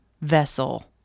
vessel